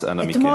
אז אנא מכם.